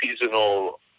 seasonal